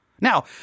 Now